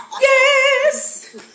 Yes